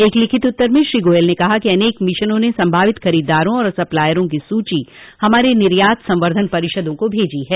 एक लिखित उत्तर में श्री गोयल ने कहा कि अनेक मिशनों ने संभावित खरीददारों और सप्लायरों की सूची हमारी निर्यात संवर्द्धन परिषदों को भेजी भी हैं